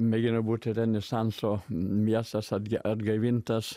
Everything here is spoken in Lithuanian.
mėgina būti renesanso miestas atgyja atgaivintas